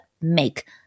make